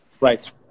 right